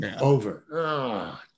Over